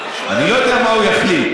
אני לא יודע מה הוא יחליט.